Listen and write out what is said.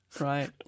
Right